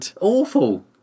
Awful